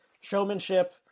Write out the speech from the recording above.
showmanship